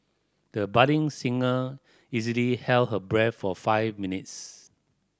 the budding singer easily held her breath for five minutes